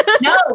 No